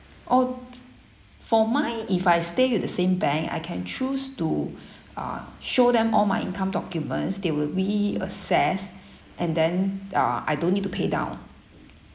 oh for mine if I stay with the same bank I can choose to uh show them all my income documents they will re-assess and then uh I don't need to pay down